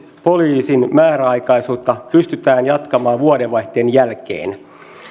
poliisin määräaikaisuutta pystytään jatkamaan vuodenvaihteen jälkeen